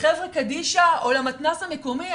לחברה קדישא או למתנ"ס המקומי,